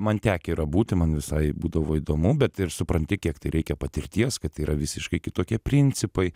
man tekę yra būti man visai būdavo įdomu bet ir supranti kiek tai reikia patirties kad tai yra visiškai kitokie principai